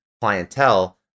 clientele